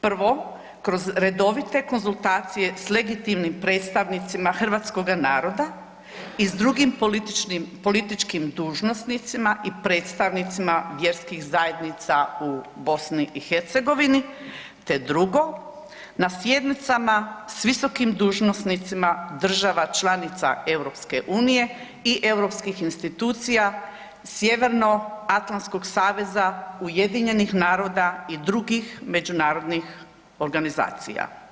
Prvo, kroz redovite konzultacije s legitimnim predstavnicima hrvatskog naroda i s drugim političkim dužnosnicima i predstavnicima vjerskih zajednica u BiH, te drugo, na sjednicama s visokim dužnosnicima država članica EU i europskih institucije Sjevernoatlantskog saveza, UN-a i drugih međunarodnih organizacija.